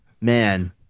man